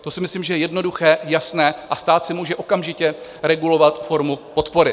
To si myslím, že je jednoduché, jasné a stát si může okamžitě regulovat formu podpory.